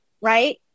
right